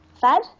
fad